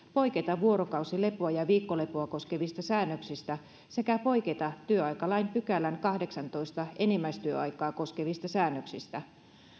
poiketa vuorokausilepoa ja viikkolepoa koskevista säännöksistä sekä poiketa työaikalain kahdeksannentoista pykälän enimmäistyöaikaa koskevista säännöksistä